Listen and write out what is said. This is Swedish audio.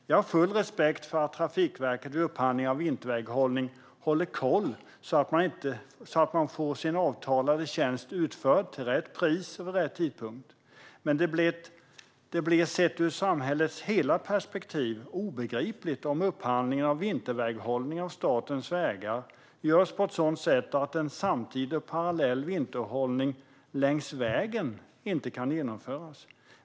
Jag har full respekt för att Trafikverket vid upphandling av vinterväghållning håller koll så att man får sin avtalade tjänst utförd till rätt pris och vid rätt tidpunkt. Men det blir sett ur hela samhällets perspektiv obegripligt om upphandlingen av vinterväghållning av statens vägar görs på ett sådant sätt att en samtidig och parallell vinterväghållning längs vägen inte kan genomföras.